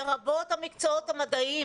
לרבות המקצועות המדעיים,